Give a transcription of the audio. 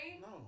No